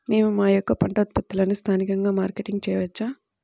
మేము మా యొక్క పంట ఉత్పత్తులని స్థానికంగా మార్కెటింగ్ చేయవచ్చా?